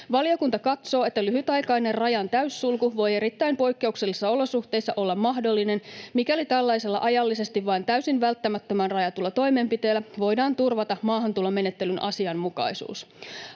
Valiokunta katsoo, että lyhytaikainen rajan täyssulku voi erittäin poikkeuksellisissa olosuhteissa olla mahdollinen, mikäli tällaisella ajallisesti vain täysin välttämättömään rajatulla toimenpiteellä voidaan turvata maahantulomenettelyn asianmukaisuus.